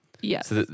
Yes